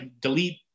delete